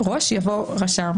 זה קשה.